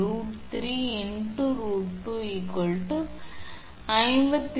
8 kV √3 இப்போது கொடுக்கப்பட்டுள்ளது 𝑟 1 cm R2